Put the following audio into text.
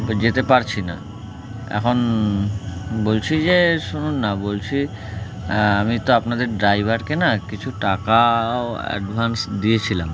যেতে পারছি না এখন বলছি যে শুনুন না বলছি আমি তো আপনাদের ড্রাইভারকে না কিছু টাকা অ্যাডভান্স দিয়েছিলাম